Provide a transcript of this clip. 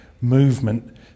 movement